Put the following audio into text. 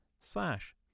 slash